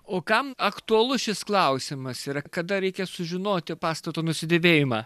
o kam aktualus šis klausimas yra kada reikia sužinoti pastato nusidėvėjimą